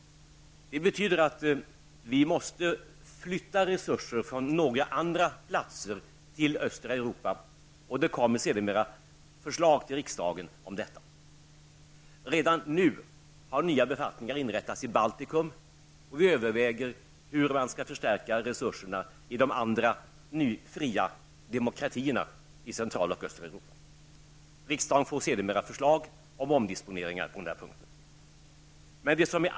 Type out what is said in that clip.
Det betyder att vi måste flytta resurser från några andra platser till östra Europa. Det kommer sedermera förslag till riksdagen om detta. Redan nu har nya befattningar inrättats i Baltikum och vi överväger hur man skall förstärka resurserna i de andra nu fria demokratierna i centrala och östra Europa. Riksdagen får sedermera förslag om omdisponeringar på den punkten.